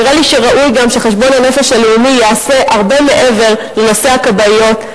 ונראה לי שראוי גם שחשבון הנפש הלאומי ייעשה הרבה מעבר לנושא הכבאיות.